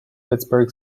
pittsburgh